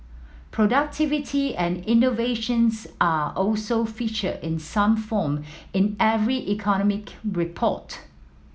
productivity and innovations are also featured in some form in every economic report